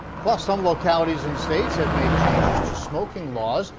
plus some localities and states have made changes to smoking laws.